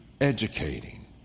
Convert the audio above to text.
educating